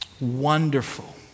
wonderful